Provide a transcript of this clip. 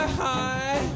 high